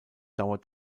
dauert